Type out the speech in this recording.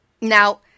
Now